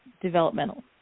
developmental